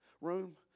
room